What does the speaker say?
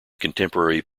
contemporary